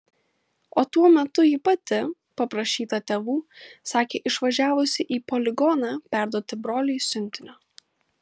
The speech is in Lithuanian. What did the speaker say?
o tuo metu ji pati paprašyta tėvų sakė išvažiavusi į poligoną perduoti broliui siuntinio